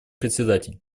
председатель